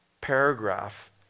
paragraph